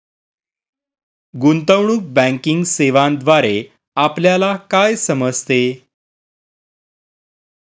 गुंतवणूक बँकिंग सेवांद्वारे आपल्याला काय समजते?